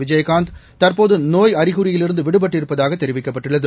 விஜயகாந்த் தற்போது நோய் அறிகுறியிலிருந்து விடுபட்டிருப்பதாக தெரிவிக்கப்பட்டுள்ளது